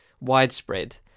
widespread